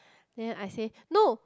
then I say no